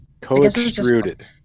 co-extruded